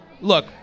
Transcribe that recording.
look